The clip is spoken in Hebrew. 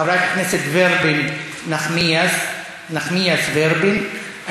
חברת הכנסת נחמיאס ורבין,